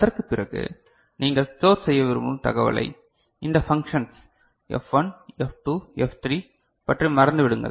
அதற்குப் பிறகு நீங்கள் ஸ்டோர் செய்யவிரும்பும் தகவலை இந்த ஃபங்சன்ஸ் F1 F2 F3 பற்றி மறந்துவிடுங்கள்